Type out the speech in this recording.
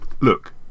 Look